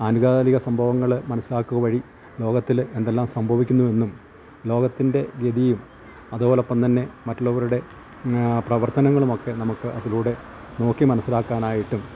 അനുകാലിക സംഭവങ്ങള് മനസ്സിലാക്കുക വഴി ലോകത്തില് എന്തെല്ലാം സംഭവിക്കുന്നുവെന്നും ലോകത്തിൻ്റെ ഗതിയും അതുപോലൊപ്പം തന്നെ മറ്റുള്ളവരുടെ പ്രവർത്തനങ്ങളുമൊക്കെ നമുക്ക് അതിലൂടെ നോക്കി മനസ്സിലാക്കാനായിട്ടും